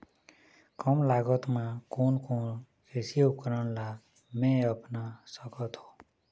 कम लागत मा कोन कोन कृषि उपकरण ला मैं अपना सकथो?